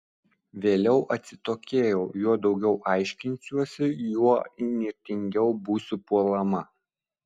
vėliau atsitokėjau juo daugiau aiškinsiuosi juo įnirtingiau būsiu puolama